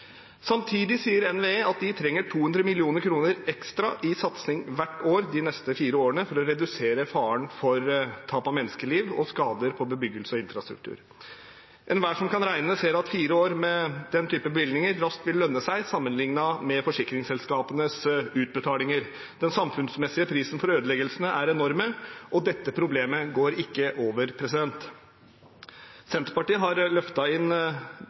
Samtidig sier NVE at de trenger 200 mill. kr ekstra i satsing hvert år de neste fire årene for å redusere faren for tap av menneskeliv og skader på bebyggelse og infrastruktur. Enhver som kan regne, ser at fire år med den type bevilgninger raskt vil lønne seg, sammenlignet med forsikringsselskapenes utbetalinger. Den samfunnsmessige prisen for ødeleggelsene er enorm, og dette problemet går ikke over. Senterpartiet har løftet inn disse bevilgningene i sitt alternative budsjett, men mens vannet flommer inn